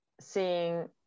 seeing